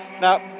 Now